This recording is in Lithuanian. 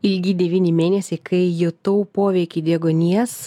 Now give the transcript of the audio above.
lygiai devyni mėnesiai kai jutau poveikį deguonies